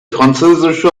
französische